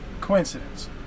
coincidence